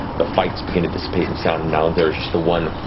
the fight's began to dissipate in sound and now. there's just the one